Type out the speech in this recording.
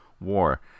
war